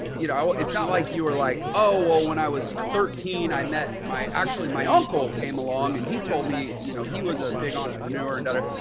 you know, it's not like you were like, oh, well, when i was thirteen, i met my actually my uncle came along and he told me, you know, he was a big entrepreneur and debtor.